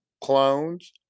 clones